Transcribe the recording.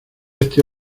este